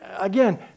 again